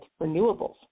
renewables